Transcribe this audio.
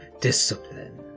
discipline